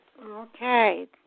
Okay